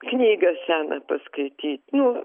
knygą seną paskaityti nu